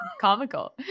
comical